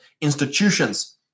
institutions